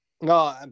No